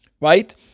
right